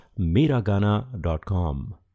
MiraGana.com